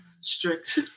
strict